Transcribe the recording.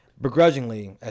Begrudgingly